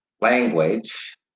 language